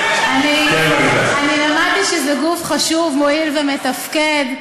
אני למדתי שזה גוף חשוב, מועיל ומתפקד.